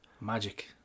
magic